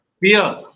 fear